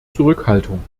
zurückhaltung